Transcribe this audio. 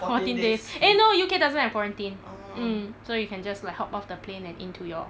fourteen days eh no U_K doesn't have quarantine mm so you can just like hop off the plane and into your